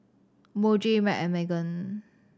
Muji M and Megan